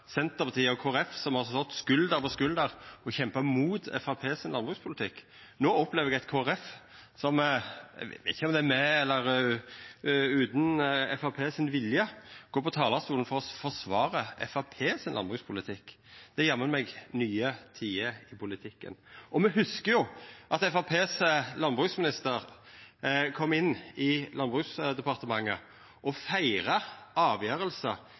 stått skulder ved skulder og kjempa mot Framstegspartiet sin landbrukspolitikk. No opplever eg eit Kristeleg Folkeparti som – eg veit ikkje om det er med eller utan Framstegspartiets vilje – går på talarstolen for å forsvara Framstegspartiets landbrukspolitikk. Det er jammen nye tider i politikken. Me hugsar jo at Framstegspartiets landbruksminister kom inn i Landbruksdepartementet og